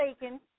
bacon